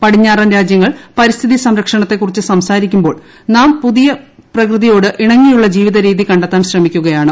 പടിഞ്ഞാറൻ രാജ്യങ്ങൾ പരിസ്ഥിതി ക്ര സംരക്ഷണത്തെക്കുറിച്ച് സംസാരിക്കുമ്പോൾ നാം പ്രകൃതിയ്ക്കിട്ട് ഇ്ണങ്ങിയുള്ള ജീവിത രീതി കണ്ടെത്താൻ ശ്രമിക്കുകയാണ്